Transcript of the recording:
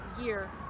year